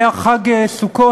היה חג סוכות,